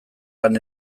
lan